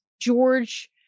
George